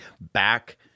back